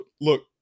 look